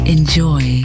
Enjoy